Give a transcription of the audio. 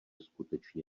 skutečně